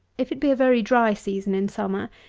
if it be a very dry season in summer,